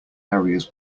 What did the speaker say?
areas